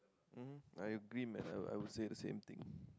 um I agree man I would I would say the same thing